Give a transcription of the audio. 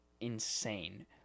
insane